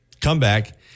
comeback